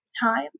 time